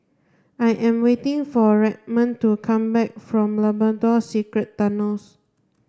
I am waiting for Redmond to come back from Labrador Secret Tunnels